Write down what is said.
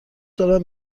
دارم